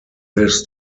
this